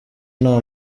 nta